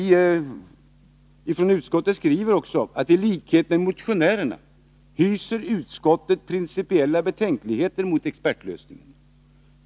Från utskottets sida skriver vi: ”Tlikhet med motionärerna hyser utskottet principiella betänkligheter mot expertlösningen.